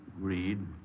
greed